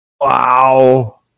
Wow